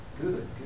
Good